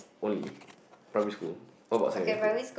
only primary school what about secondary school